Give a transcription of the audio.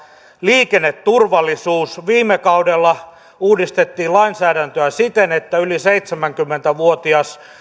liikenneturvallisuus viime kaudella uudistettiin lainsäädäntöä siten että yli seitsemänkymmentä vuotias